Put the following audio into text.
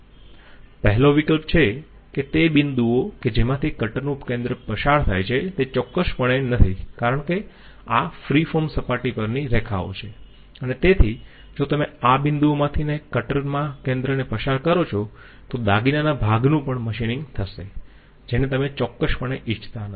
પહેલો વિકલ્પ છે કે તે બિંદુ ઓ કે જેમાંથી કટરનું કેન્દ્ર પસાર થાય છે તે ચોક્કસપણે નથી કારણ કે આ ફ્રી ફોર્મ સપાટી પરની રેખાઓ છે અને તેથી જો તમે આ બિંદુઓ માંથીને કટરના કેન્દ્રને પસાર કરો છો તો દાગીનાના ભાગનું પણ મશીનીંગ થશે જેને તમે ચોક્કસપણે ઈચ્છતા નથી